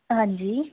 ਹਾਂਜੀ